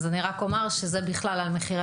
אז אני רק אומר שזה בכלל על מחירי